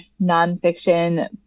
nonfiction